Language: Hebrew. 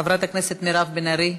חברת הכנסת מירב בן ארי,